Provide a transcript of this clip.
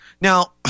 Now